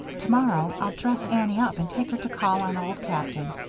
tomorrow i'll dress annie up and take her to call on old captain.